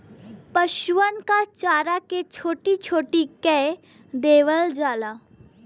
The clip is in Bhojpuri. पसुअन क चारा के छोट्टी छोट्टी कै देवल जाला